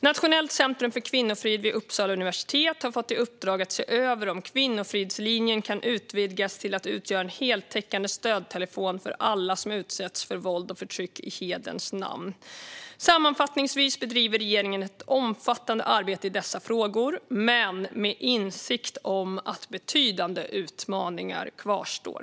Nationellt centrum för kvinnofrid vid Uppsala universitet har fått i uppdrag att se över om Kvinnofridslinjen kan utvidgas till att utgöra en heltäckande stödtelefon för alla som utsätts för våld och förtryck i hederns namn. Sammanfattningsvis bedriver regeringen ett omfattande arbete i dessa frågor men med insikt om att betydande utmaningar kvarstår.